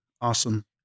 awesome